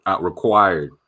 required